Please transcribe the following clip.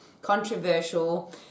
controversial